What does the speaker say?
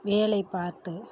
வேலை பார்த்து